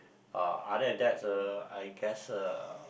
uh other than uh I guess uh